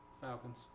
Falcons